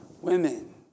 Women